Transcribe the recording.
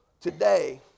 today